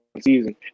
season